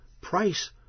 price